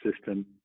system